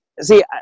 see